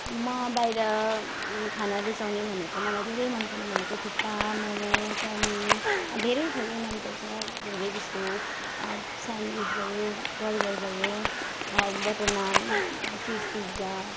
म बाहिर खाना रुचाउने भनेको मलाई धेरै मनपर्ने भनेको थुक्पा मोमो चाउमिन धेरै थोरै मनपर्छ धेरै जस्तो स्यान्डविच भयो बर्गर भयो बटर नान चिज पिज्जा